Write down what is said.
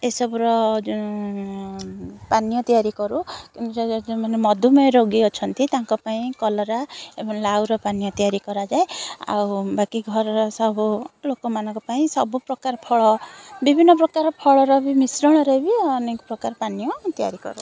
ଏ ସବୁର ପାନୀୟ ତିଆରି କରୁ କିନ୍ତୁ ଯଦି ମଧୁମେହ ରୋଗୀ ଅଛନ୍ତି ତାଙ୍କ ପାଇଁ କଲରା ଏବଂ ଲାଉର ପାନୀୟ ତିଆରି କରାଯାଏ ଆଉ ବାକି ଘରର ସବୁ ଲୋକମାନଙ୍କ ପାଇଁ ସବୁ ପ୍ରକାର ଫଳ ବିଭିନ୍ନ ପ୍ରକାର ଫଳର ମିଶ୍ରଣରେ ବି ଅନେକ ପ୍ରକାର ପାନୀୟ ତିଆରି କରୁ